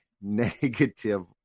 negative